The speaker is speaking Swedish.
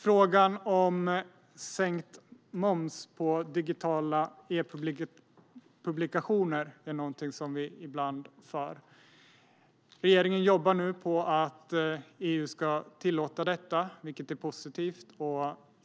Frågan om sänkt moms på digitala e-publikationer diskuterar vi ibland. Regeringen jobbar nu på att EU ska tillåta detta, vilket är positivt.